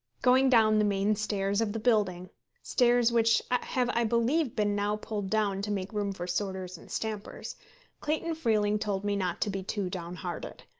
going down the main stairs of the building stairs which have i believe been now pulled down to make room for sorters and stampers clayton freeling told me not to be too downhearted.